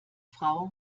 frau